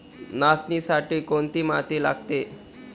नाचणीसाठी कोणती माती लागते?